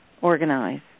organize